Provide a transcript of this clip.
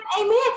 Amen